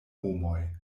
homoj